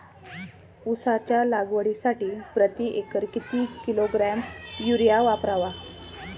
उसाच्या लागवडीसाठी प्रति एकर किती किलोग्रॅम युरिया वापरावा?